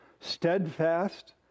steadfast